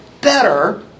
better